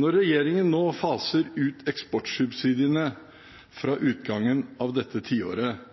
Når regjeringen nå faser ut eksportsubsidiene fra utgangen av dette tiåret,